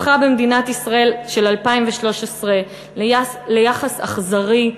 הפכה במדינת ישראל של 2013 ליחס אכזרי,